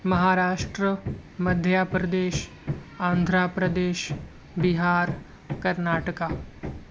Maharashtra Madhya Pradesh Andhra Pradesh Bihar Karnataka